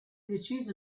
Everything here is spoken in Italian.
deciso